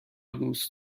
دوست